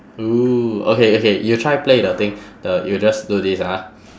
oo okay okay you try play with the thing the you just do this ah